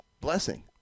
blessing